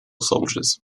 soldiers